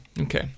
Okay